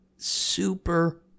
super